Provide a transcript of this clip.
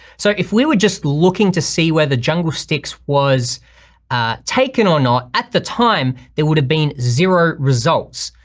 so if we were just looking to see whether the jungle stix was taken or not at the time, there would have been zero results.